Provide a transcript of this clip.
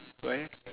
why leh